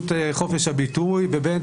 בוקר טוב רבותיי,